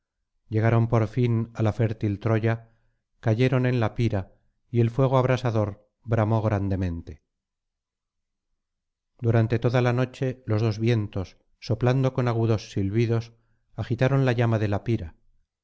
llegaron por fin á la fértil troya cayeron en la pira y el fuego abrasador bramó grandemente durante toda la noche los dos vientos soplando con agudos silbidos agitaron la llama de la pira